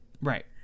Right